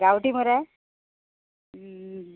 गांवठी मरे